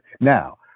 Now